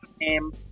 name